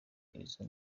izo